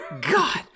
God